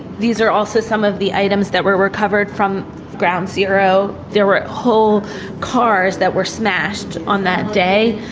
these are also some of the items that were recovered from ground zero. there were whole cars that were smashed on that day,